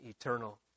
eternal